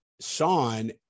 Sean